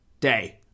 Day